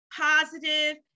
positive